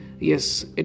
Yes